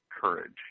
courage